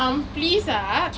um please ah